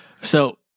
So-